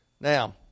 Now